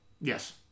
Yes